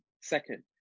second